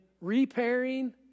repairing